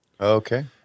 Okay